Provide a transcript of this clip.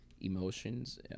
emotions